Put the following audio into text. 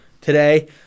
Today